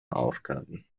aufgaben